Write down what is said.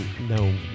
no